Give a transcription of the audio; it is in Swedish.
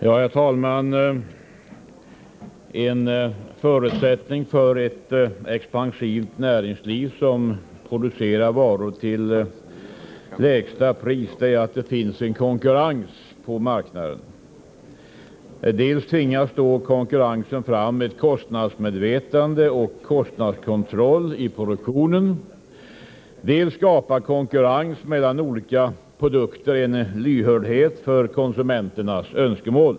Herr talman! En förutsättning för ett expansivt näringsliv som producerar varor till lägsta pris är att det finns konkurrens på marknaden. Dels tvingar konkurrensen fram ett kostnadsmedvetande och en kostnadskontroll i produktionen, dels skapar konkurrens mellan olika producenter en lyhördhet för konsumenternas önskemål.